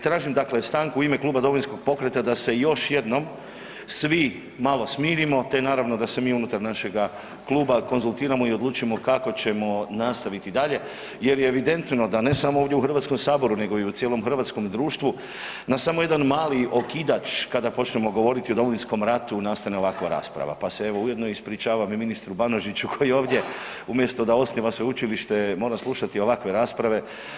Tražim dakle stanku u ime Kluba Domovinskog pokreta da se još jednom svi malo smirimo, te naravno da se mi unutar našega kluba konzultiramo i odlučimo kako ćemo nastaviti dalje jer je evidentno da ne samo ovdje u HS nego i u cijelom hrvatskom društvu na samo jedan mali okidač kada počnemo govoriti o Domovinskom ratu nastane ovakva rasprava, pa se evo ujedno ispričavam i ministru Banožiću koji je ovdje umjesto da osniva sveučilište, mora slušati ovakve rasprave.